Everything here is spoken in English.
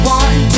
one